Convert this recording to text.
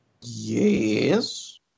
Yes